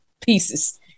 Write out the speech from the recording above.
pieces